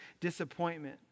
disappointment